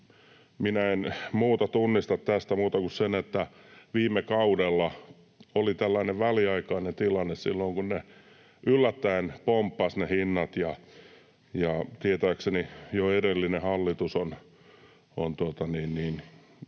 Minä en tunnista tästä muuta kuin sen, että viime kaudella oli tällainen väliaikainen tilanne silloin, kun ne hinnat yllättäen pomppasivat, ja tietääkseni edellinen hallitus ei jatkanut